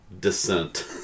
descent